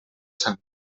sant